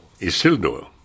Isildur